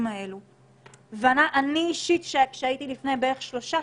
C אומר שזה שלהם?